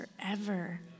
forever